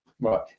Right